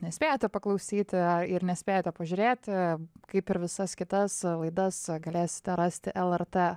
nespėjote paklausyti ir nespėjote pažiūrėti kaip ir visas kitas laidas galėsite rasti lrt